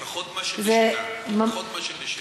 פחות מאשר בשינה.